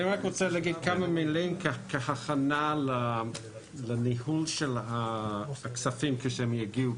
אני רוצה לומר כמה דברים לגבי הניהול של הכספים כאשר הם יגיעו,